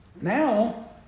Now